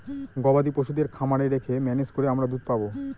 গবাদি পশুদের খামারে রেখে ম্যানেজ করে আমরা দুধ পাবো